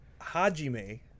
Hajime